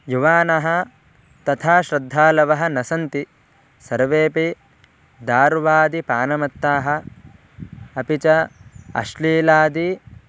युवानः तथा श्रद्धालवः न सन्ति सर्वेपि दार्वादिपानमत्ताः अपि च अश्लीलादि